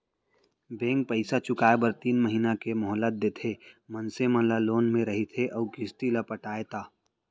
bank पइसा चुकाए बर तीन महिना के मोहलत देथे मनसे ला लोन ले रहिथे अउ किस्ती ल पटाय ता